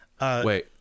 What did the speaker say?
Wait